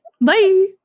Bye